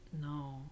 No